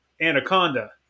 Anaconda